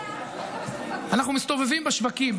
אנחנו מסתובבים בשווקים,